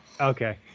Okay